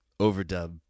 overdub